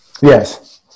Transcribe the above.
Yes